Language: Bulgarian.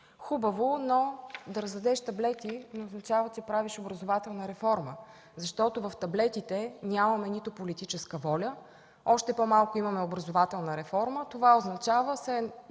Хубаво, но да раздадеш таблети не означава, че правиш образователна реформа, защото в таблетите няма нито политическа воля, още по-малко има образователна реформа. Това означава и